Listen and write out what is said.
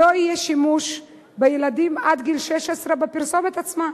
הוא שלא יהיה שימוש בילדים עד גיל 16 בפרסומת עצמה.